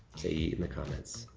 say in the comments.